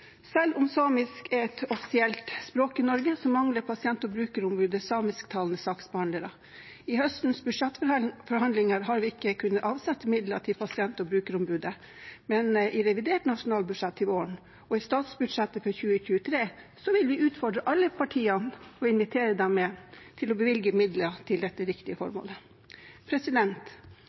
Selv om samisk er et offisielt språk i Norge, mangler Pasient- og brukerombudet samisktalende saksbehandlere. I høstens budsjettforhandlinger har vi ikke kunnet avsette midler til Pasient- og brukerombudet, men i revidert nasjonalbudsjett til våren, og i statsbudsjettet for 2023, vil vi utfordre alle partiene og invitere dem med til å bevilge midler til dette viktige formålet.